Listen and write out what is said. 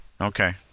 Okay